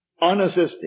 Unassisted